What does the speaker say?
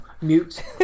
Mute